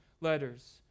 letters